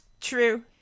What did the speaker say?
true